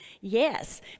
Yes